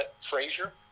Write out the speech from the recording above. Frazier